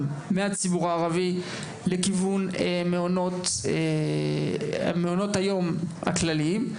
מהציבור הערבי לכיוון מעונות היום הכלליים.